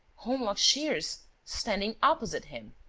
holmlock shears standing opposite him!